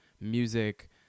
music